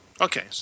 Okay